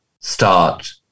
start